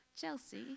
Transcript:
Chelsea